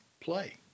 play